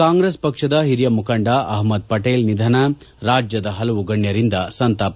ಕಾಂಗ್ರೆಸ್ ಪಕ್ಷದ ಹಿರಿಯ ಮುಖಂಡ ಅಹ್ವದ್ ಪಟೇಲ್ ನಿಧನ ರಾಜ್ಲದ ಹಲವು ಗಣ್ಣರಿಂದ ಸಂತಾಪ